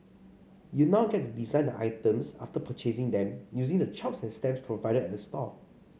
you now get to design the items after purchasing them using the chops and stamps provided at the store